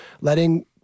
letting